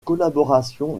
collaboration